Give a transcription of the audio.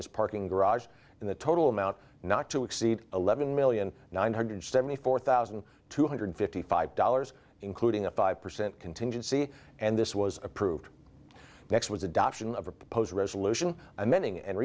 as parking garage in the total amount not to exceed eleven million nine hundred seventy four thousand two hundred fifty five dollars including a five percent contingency and this was approved next was adoption of a proposed resolution amending and